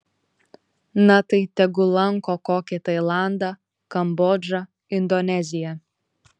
na tai tegul lanko kokį tailandą kambodžą indoneziją